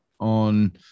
on